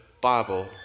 Bible